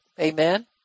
Amen